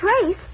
Trace